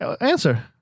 Answer